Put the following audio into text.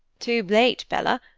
too late, bella,